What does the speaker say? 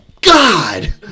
God